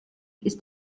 ist